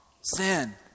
sin